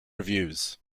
reviews